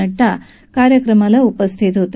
नङ्डा कार्यक्रमाला उपस्थित होते